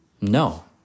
no